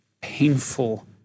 painful